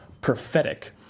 prophetic